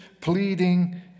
pleading